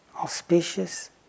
auspicious